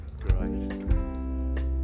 Great